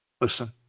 Listen